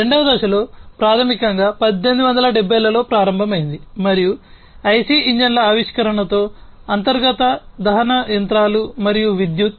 రెండవ దశలో ప్రాథమికంగా మరియు విద్యుత్